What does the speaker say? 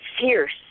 fierce